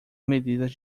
medidas